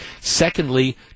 Secondly